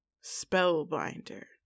Spellbinder